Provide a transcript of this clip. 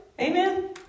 Amen